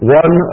one